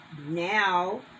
now